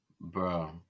Bro